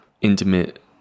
intimate